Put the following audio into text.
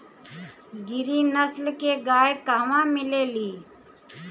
गिरी नस्ल के गाय कहवा मिले लि?